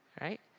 right